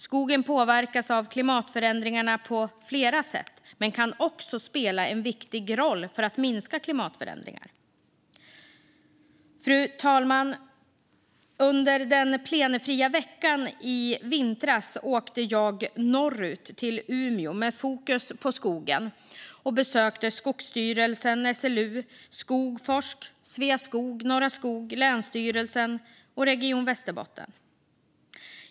Skogen påverkas av klimatförändringarna på flera sätt men kan också spela en viktig roll för att minska klimatförändringarna. Fru talman! Under den plenifria veckan i vintras åkte jag norrut till Umeå med fokus på skogen och besökte Skogsstyrelsen, SLU, Skogforsk, Sveaskog, Norra Skog, länsstyrelsen och Region Västerbotten.